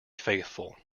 faithful